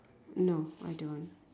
no I don't